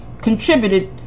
contributed